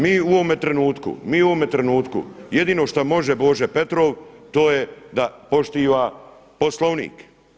Mi u ovome trenutku, mi u ovome trenutku jedino što može Bože Petrov to je da poštiva Poslovnik.